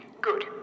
Good